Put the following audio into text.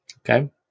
Okay